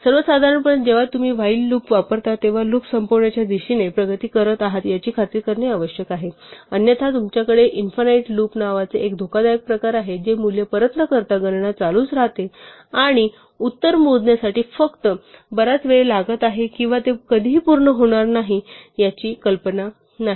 सर्वसाधारणपणे जेव्हा तुम्ही व्हाईल लूप वापरता तेव्हा लूप संपवण्याच्या दिशेने प्रगती करत आहात याची खात्री करणे आवश्यक आहे अन्यथा तुमच्याकडे इंफायनाईट लूप नावाचे एक धोकादायक प्रकार आहे जेथे मूल्य परत न करता गणना चालूच राहते आणि उत्तर मोजण्यासाठी फक्त बराच वेळ लागत आहे किंवा ते कधीही पूर्ण होणार नाही याची कल्पना नाही